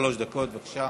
עד שלוש דקות, בבקשה.